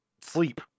sleep